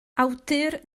awdur